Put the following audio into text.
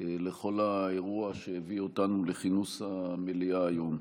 לכל האירוע שהביא אותנו לכינוס המליאה היום.